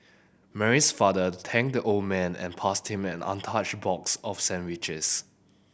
Mary's father thanked the old man and passed him an untouched box of sandwiches